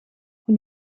und